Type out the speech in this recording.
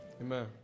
Amen